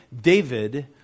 David